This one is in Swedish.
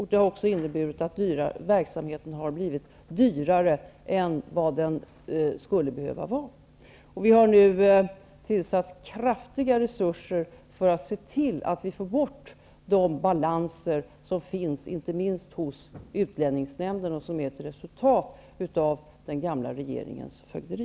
Det har också inneburit att verksamheten har blivit dyrare än vad den skulle behöva vara. Vi har nu tillsatt kraftiga resurser för att se till att få bort de balanser som finns, inte minst hos utlänningsnämnden, och som är ett resultat av den gamla regeringens fögderi.